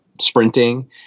sprinting